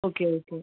okay okay